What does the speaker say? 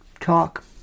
talk